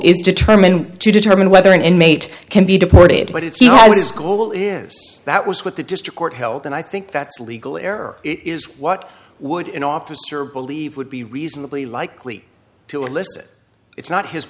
is determined to determine whether an inmate can be deported but it's his goal is that was what the district court held and i think that's a legal error is what would an officer believe would be reasonably likely to elicit it's not his